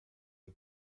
the